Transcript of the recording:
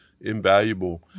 invaluable